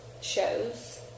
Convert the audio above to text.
shows